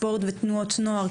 ספורט ותנועות נוער,